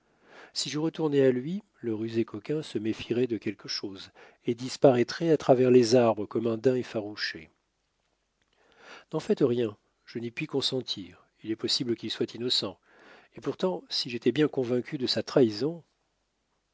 si je retournais à lui le rusé coquin se méfierait de quelque chose et disparaîtrait à travers les arbres comme un daim effarouché n'en faites rien je n'y puis consentir il est possible qu'il soit innocent et pourtant si j'étais bien convaincu de sa trahison